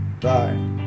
Bye